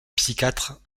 psychiatre